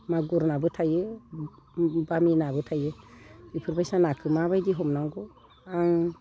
मागुर नाबो थायो बामि नाबो थायो बेफोर बायदि नाखौ माबायदि हमनांगौ आं